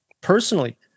personally